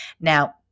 Now